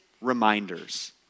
reminders